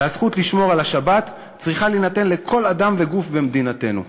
והזכות לשמור את השבת צריכה להינתן לכל אדם וגוף במדינתנו.